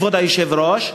כבוד היושב-ראש,